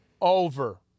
over